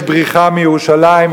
יש בריחה מירושלים,